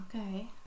Okay